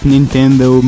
Nintendo